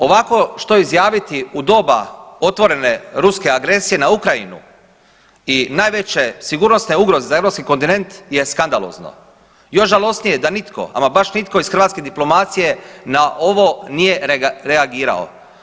Ovako što izjaviti u doba otvorene ruske agresije na Ukrajinu i najveće sigurnosne ugroze za Europski kontinent je skandalozno, još žalosnije je da nitko ama baš nitko iz hrvatske diplomacije na ovo nije reagirao.